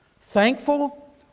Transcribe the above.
Thankful